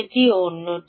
এটি অন্যটি